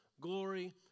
glory